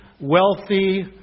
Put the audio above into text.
wealthy